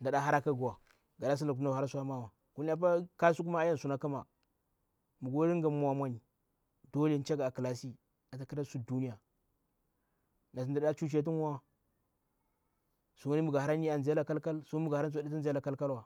mda nɗa har aka guwa ga sun laktu mda kwa harawa. Kulini apa apa kasuku ma ansuna kma mmi go ringa mwa mwami dole chaga a klasi atakra sun duniya. Mda nɗa chuche tungawa, sungni mmiga hara andzi laga kal kal suin gni mii gh aɗeta ndze laga kalkalwa.